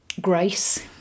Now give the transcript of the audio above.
grace